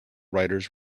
riders